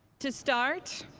to start,